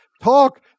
talk